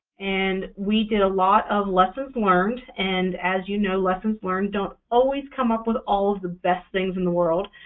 and we did a lot of lessons learned, and as you know, lessons learned don't always come up with all of the best things in the world.